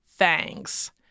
Thanks